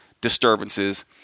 disturbances